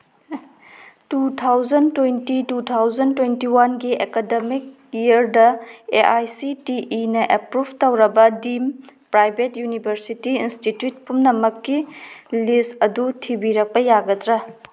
two thousand twenty two thousand twenty ꯋꯥꯟꯒꯤ academic ꯏꯌꯔꯗ A I C T ꯏꯅ approve ꯇꯧꯔꯕ ꯗꯤꯝ ꯄ꯭ꯔꯥꯏꯚꯦꯠ ꯌꯨꯅꯤꯚꯔꯁꯤꯇꯤ ꯏꯟꯁꯇꯤꯇ꯭ꯋꯤꯠ ꯄꯨꯝꯅꯃꯛꯀꯤ list ꯑꯗꯨ ꯊꯤꯕꯤꯔꯛꯄ ꯌꯥꯒꯗ꯭ꯔ